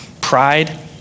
pride